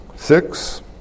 Six